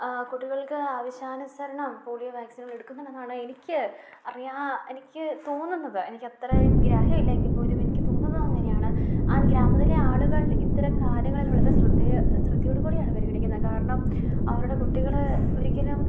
കുട്ടികൾക്ക് ആവശ്യാനുസരണം പോളിയോ വാക്സിനുകൾ എടുക്കുന്നുണ്ടെന്നാണ് എനിക്ക് അറിയാ എനിക്ക് തോന്നുന്നത് എനിക്ക് അത്രയും ഗ്രാഹ്യം ഇല്ലെങ്കിൽ പോലും എനിക്ക് തോന്നുന്നത് അങ്ങനെയാണ് ആ ഗ്രാമത്തിലെ ആളുകൾ ഇത്തരം കാര്യങ്ങൾ വളരെ ശ്രദ്ധയോട് കൂടിയാണ് പരിഗണിക്കുന്നത് കാരണം അവരുടെ കുട്ടികൾ ഒരിക്കലും